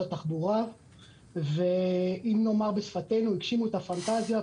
התחבורה ואם נאמר בשפתנו: הגשימו את הפנטזיה,